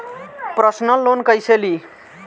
Personal loan कैसे ली?